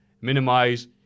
minimize